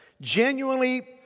genuinely